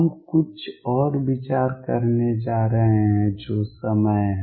हम कुछ और विचार करने जा रहे हैं जो समय है